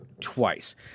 twice